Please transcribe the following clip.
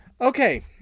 Okay